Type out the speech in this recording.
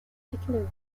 particular